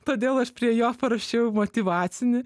todėl aš prie jo parašiau motyvacinį